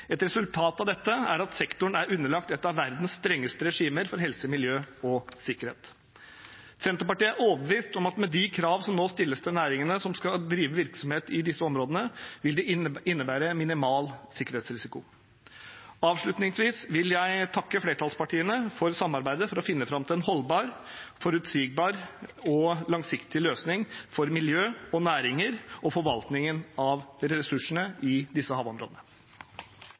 Et resultat av det er at sektoren er underlagt et av verdens strengeste regimer for helse, miljø og sikkerhet. Senterpartiet er overbevist om at med de kravene som nå stilles til de næringene som skal drive virksomhet i disse områdene, vil det innebære en minimal sikkerhetsrisiko. Avslutningsvis vil jeg takke flertallspartiene for samarbeidet for å finne fram til en holdbar, forutsigbar og langsiktig løsning for miljø og næringer og forvaltningen av ressursene i disse havområdene.